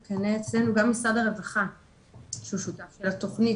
יש לנו פה בקשה של דיאנה זולוטוחין ממועצת התלמידים.